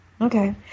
Okay